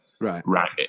Right